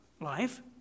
life